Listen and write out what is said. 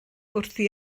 wrthi